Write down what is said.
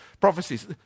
prophecies